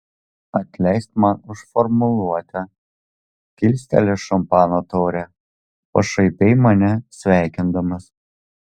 atleisk man už formuluotę kilsteli šampano taurę pašaipiai mane sveikindamas